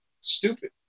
Stupid